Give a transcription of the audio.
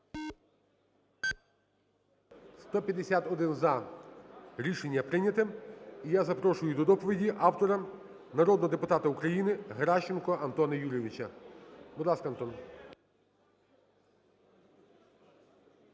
151-за. Рішення прийняте. І я запрошую до доповіді автора народного депутата України Геращенко Антона Юрійович. Будь ласка, Антон.